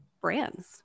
brands